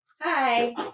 Hi